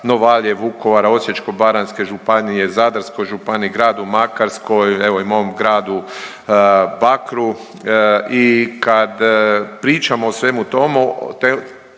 Novalje, Vukovara, Osječko-baranjske županije, Zadarskoj županiji, Gradu Makarskoj, evo i mom Gradu Bakru i kad pričamo svemu tomu,